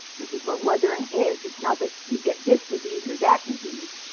which is what weathering is. it's not that you get this disease or that disease.